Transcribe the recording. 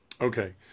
okay